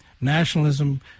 nationalism